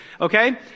okay